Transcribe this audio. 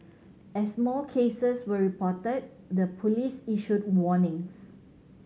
as more cases were reported the police issued warnings